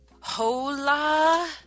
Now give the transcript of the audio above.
Hola